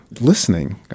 listening